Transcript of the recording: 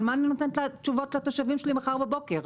אבל איזה תשובות אני נותנת לתושבים שלי מחר בבוקר?